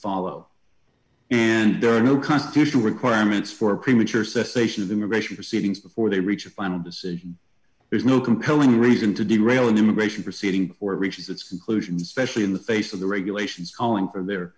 follow and there are no constitutional requirements for premature cessation of immigration proceedings before they reach a final decision there's no compelling reason to derail immigration proceeding or reaches its conclusions specially in the face of the regulations calling for there